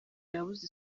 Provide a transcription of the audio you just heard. yabuze